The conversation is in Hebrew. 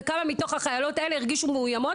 וכמה מתוך החיילות האלה הרגישו מאוימות